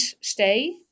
stay